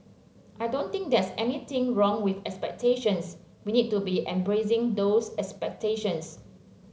I don't think there's anything wrong with expectations we need to be embracing those expectations